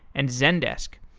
and zendesk.